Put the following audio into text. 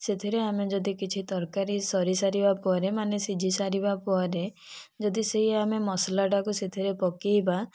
ସେଥିରେ ଆମେ ଯଦି କିଛି ତରକାରୀ ସରି ସାରିବା ପରେ ମାନେ ସିଝି ସାରିବା ପରେ ଯଦି ସିଏ ଆମେ ମସଲା ଟାକୁ ସେହିଥିରେ ପକାଇବା